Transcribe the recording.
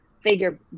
figure